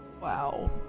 wow